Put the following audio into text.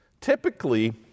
Typically